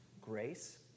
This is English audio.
Grace